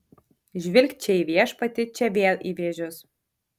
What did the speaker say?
žvilgt čia į viešpatį čia vėl į vėžius